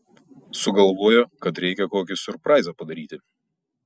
sugalvojo kad reikia kokį siurpraizą padaryti